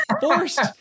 Forced